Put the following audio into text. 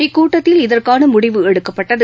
இக்கூட்டத்தில் இதற்கான முடிவு எடுக்கப்பட்டது